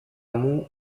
μου